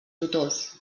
tutors